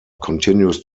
continues